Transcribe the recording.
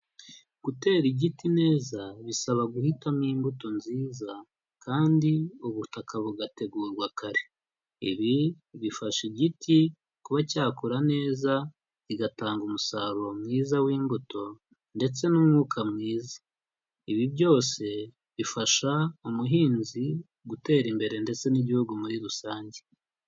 Gutera igiti neza bisaba guhitamo imbuto nziza kandi ubutaka bugategurwa kare. Ibi bifasha igiti kuba cyakura neza, bigatanga umusaruro mwiza w'imbuto ndetse n'umwuka mwiza. Ibi byose bifasha umuhinzi gutera imbere ndetse n'igihugu muri rusange.